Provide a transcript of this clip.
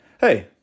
Hey